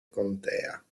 contea